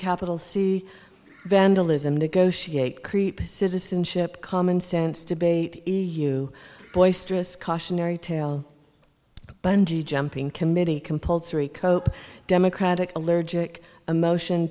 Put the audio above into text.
capital c vandalism negotiate creeper citizenship common sense debate you boisterous cautionary tale bungee jumping committee compulsory cope democratic allergic emotion